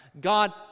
God